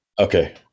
Okay